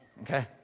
Okay